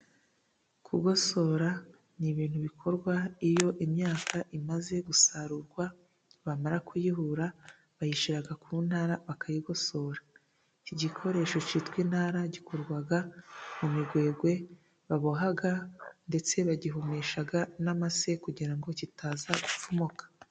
Kugosora n'ibintu bikorwa iyo imyaka imaze gusarurwa, bamara kuyihura bayishyira ku ntara bakayigosora, iki gikoresho cyitwa intara gikorwa mu migwegwe baboha ndetse bagihomesha amase kugira ngo kitaza gupfumuka.